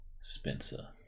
Spencer